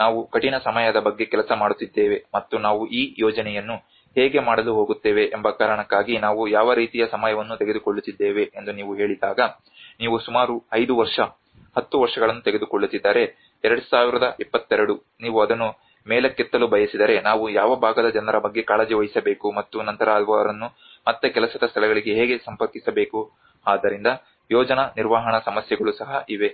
ನಾವು ಕಠಿಣ ಸಮಯದ ಬಗ್ಗೆ ಕೆಲಸ ಮಾಡುತ್ತಿದ್ದೇವೆ ಮತ್ತು ನಾವು ಈ ಯೋಜನೆಯನ್ನು ಹೇಗೆ ಮಾಡಲು ಹೋಗುತ್ತೇವೆ ಎಂಬ ಕಾರಣಕ್ಕಾಗಿ ನಾವು ಯಾವ ರೀತಿಯ ಸಮಯವನ್ನು ತೆಗೆದುಕೊಳ್ಳುತ್ತಿದ್ದೇವೆ ಎಂದು ನೀವು ಹೇಳಿದಾಗ ನೀವು ಸುಮಾರು 5 ವರ್ಷ 10 ವರ್ಷಗಳನ್ನು ತೆಗೆದುಕೊಳ್ಳುತ್ತಿದ್ದರೆ 2022 ನೀವು ಅದನ್ನು ಮೇಲಕ್ಕೆತ್ತಲು ಬಯಸಿದರೆ ನಾವು ಯಾವ ಭಾಗದ ಜನರ ಬಗ್ಗೆ ಕಾಳಜಿ ವಹಿಸಬೇಕು ಮತ್ತು ನಂತರ ಅವರನ್ನು ಮತ್ತೆ ಕೆಲಸದ ಸ್ಥಳಗಳಿಗೆ ಹೇಗೆ ಸಂಪರ್ಕಿಸಬೇಕು ಆದ್ದರಿಂದ ಯೋಜನಾ ನಿರ್ವಹಣಾ ಸಮಸ್ಯೆಗಳೂ ಸಹ ಇವೆ